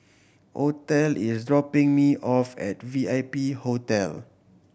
Othel is dropping me off at V I P Hotel